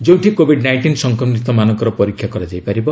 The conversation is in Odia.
ଯେଉଁଠି କୋଭିଡ୍ ନାଇଷ୍ଟିନ୍ ସଂକ୍ରମିତମାନଙ୍କର ପରୀକ୍ଷା କରାଯାଇ ପାରିବ